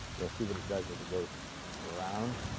you'll see what it does as it goes around.